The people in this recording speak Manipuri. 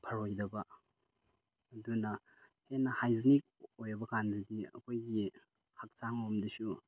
ꯐꯔꯣꯏꯗꯕ ꯑꯗꯨꯅ ꯍꯦꯟꯅ ꯍꯥꯏꯖꯅꯤꯛ ꯑꯣꯏꯕꯀꯥꯟꯗꯗꯤ ꯑꯩꯈꯣꯏꯒꯤ ꯍꯛꯆꯥꯡ ꯂꯣꯝꯗꯁꯨ